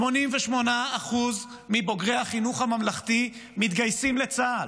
88% מבוגרי החינוך הממלכתי מתגייסים לצה"ל.